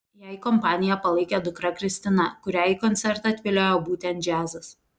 jai kompaniją palaikė dukra kristina kurią į koncertą atviliojo būtent džiazas